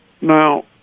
Now